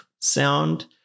sound